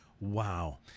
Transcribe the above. Wow